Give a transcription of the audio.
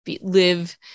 live